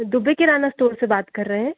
Dubey kirana store से बात कर रहे हैं